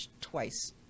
twice